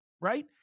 right